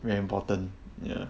very important ya